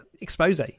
expose